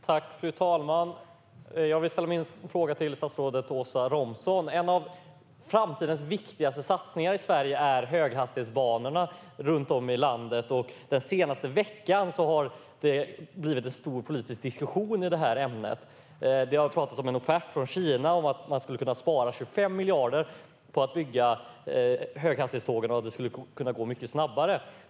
Fru talman! Jag vill ställa min fråga till statsrådet Åsa Romson. En av framtidens viktigaste satsningar i Sverige är höghastighetsbanorna runt om i landet. Den senaste veckan har det blivit stor politisk diskussion i det ämnet. Det har pratats om en offert från Kina och att man skulle kunna spara 25 miljarder på att bygga höghastighetstågen och att det skulle kunna gå mycket snabbare.